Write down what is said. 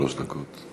שלוש דקות.